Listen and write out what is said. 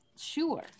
sure